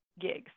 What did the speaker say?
gigs